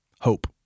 Hope